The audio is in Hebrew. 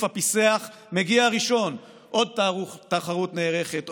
הפיסח מגיע ראשון! // עוד תחרות נערכת,